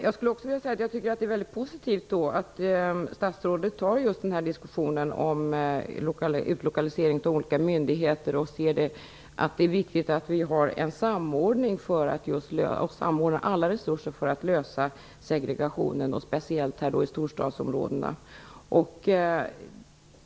Jag tycker att det är väldigt positivt att statsrådet tar den här diskussionen om utlokalisering av olika myndigheter som tecken på att det är viktigt att vi samordnar alla resurser för att lösa problemet med segregationen, speciellt i storstadsområdena.